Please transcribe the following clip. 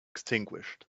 extinguished